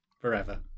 Forever